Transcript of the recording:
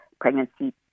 pregnancy